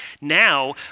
Now